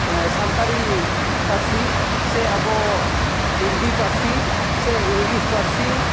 ᱥᱟᱱᱛᱟᱲᱤ ᱯᱟᱹᱨᱥᱤ ᱥᱮ ᱟᱵᱚ ᱦᱤᱱᱫᱤ ᱯᱟᱹᱨᱥᱤ ᱥᱮ ᱤᱝᱞᱤᱥ ᱯᱟᱹᱨᱥᱤ